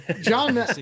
John